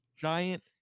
Giant